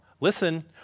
Listen